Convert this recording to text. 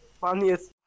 funniest